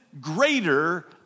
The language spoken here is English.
greater